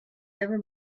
never